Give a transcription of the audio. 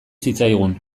zitzaigun